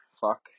fuck